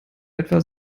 etwa